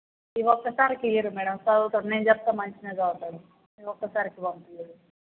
ఈ ఒకసారికి ఇయ్యుర్రి మ్యాడమ్ చదువుతాడు నేను చెప్తాను మంచిగా చదువుతాడు ఈ ఒకసారికి పంపించండి